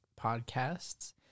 Podcasts